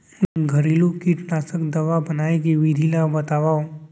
घरेलू कीटनाशी दवा बनाए के विधि ला बतावव?